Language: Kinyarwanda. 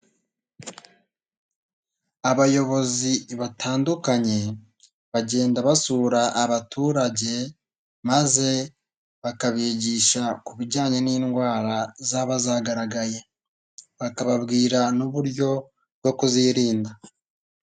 Abayobozi batandukanye bagenda basura abaturage maze bakabigisha ku bijyanye n'indwara zaba zagaragaye bakababwira n'uburyo bwo kuzirinda.